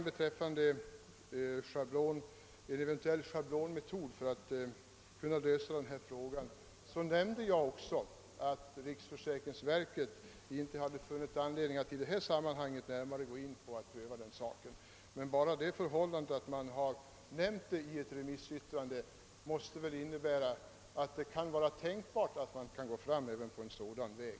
Beträffande spörsmålet om eventuell schablonmetod för lösning av denna fråga nämnde jag också att riksförsäkringsverket inte funnit anledning att i detta sammanhang gå in på en närmare prövning härav. Men bara det förhållandet att möjligheten nämnts i ett remissyttrande måste väl innebära att det är tänkbart att gå fram på denna väg.